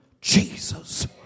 Jesus